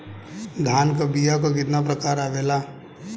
धान क बीया क कितना प्रकार आवेला?